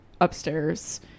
upstairs